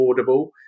affordable